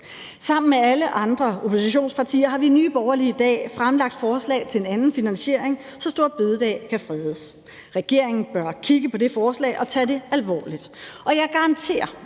Sammen med alle andre oppositionspartier har vi i Nye Borgerlige i dag fremlagt et forslag til en anden finansiering, så store bededag kan fredes. Regeringen bør kigge på det forslag og tage det alvorligt. Og jeg garanterer,